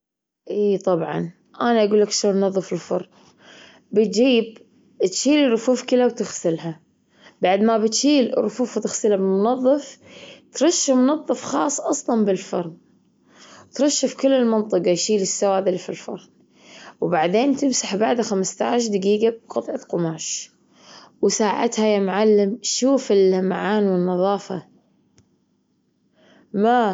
إي طبعًا أنا أجول لك شلون نظف الفرن. بتجيب تشيل الرفوف كلها وتغسلها بعد ما بتشيل الرفوف وتغسلها بالمنظف ترش منظف خاص أصلًا بالفرن، ترش في كل المنطجة يشيل السواد اللي في الفرن، وبعدين تمسح بعد خمستاش دجيجة بقطعة قماش، وساعتها يا معلم شوف اللمعان والنظافة. ما.